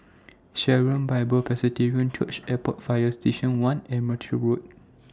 Sharon Bible Presbyterian Church Airport Fire Station one and Merpati Road